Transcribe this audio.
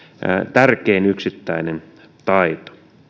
tärkein yksittäinen taito